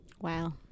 Wow